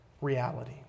reality